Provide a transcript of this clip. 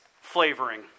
flavoring